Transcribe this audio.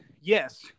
Yes